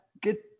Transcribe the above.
get